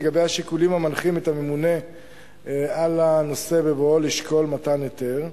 לגבי השיקולים המנחים את הממונה על הנושא בבואו לשקול מתן היתר,